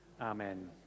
Amen